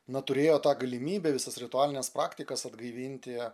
na turėjo tą galimybę visas ritualines praktikas atgaivinti